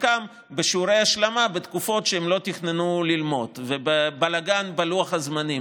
וחלקם בשיעורי השלמה בתקופות שהם לא תכננו ללמוד ובלגן בלוח הזמנים.